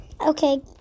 Okay